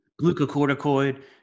glucocorticoid